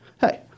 hey